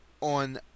on